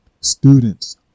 students